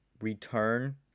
return